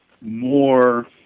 more